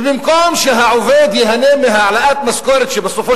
ובמקום שהעובד ייהנה מהעלאת משכורת שבסופו